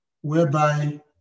whereby